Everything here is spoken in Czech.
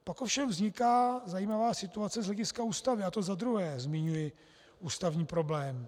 Pak ovšem vzniká zajímavá situace z hlediska Ústavy, a to za druhé zmiňuji ústavní problém.